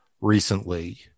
recently